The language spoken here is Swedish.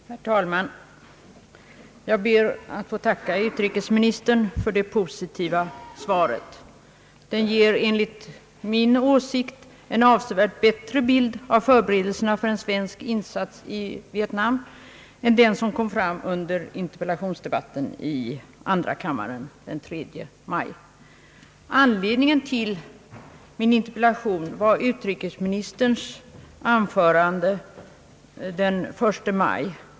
Herr talman! Jag ber att få tacka utrikesministern för det positiva svaret. Det ger enligt min åsikt en avsevärt bättre bild av förberedelserna för en svensk insats i Vietnam än den som kom fram under interpellationsdebatten i andra kammaren den 3 maj. Anledningen till min interpellation var utrikesministerns anförande den 1 maj.